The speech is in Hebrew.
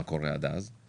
מה קורה עד אז?